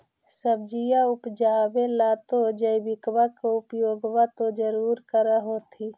सब्जिया उपजाबे ला तो जैबिकबा के उपयोग्बा तो जरुरे कर होथिं?